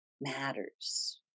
matters